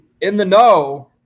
in-the-know